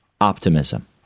optimism